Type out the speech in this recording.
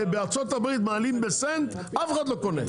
בארצות הברית מעלים בסנט, אף אחד לא קונה.